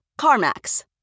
CarMax